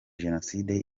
jenoside